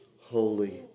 holy